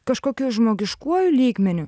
kažkokiu žmogiškuoju lygmeniu